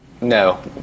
No